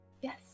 Yes